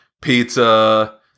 pizza